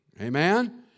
Amen